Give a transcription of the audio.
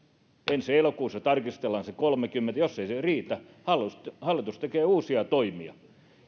ensi elokuussa tarkistellaan se kolmekymmentä ja jos ei se riitä hallitus tekee uusia toimia